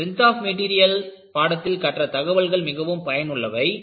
strength of material பாடத்தில் கற்ற தகவல்கள் மிகவும் பயனுள்ளவை